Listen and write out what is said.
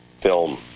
film